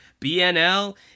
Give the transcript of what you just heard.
bnl